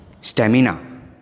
stamina